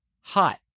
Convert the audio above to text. hot